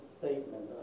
statement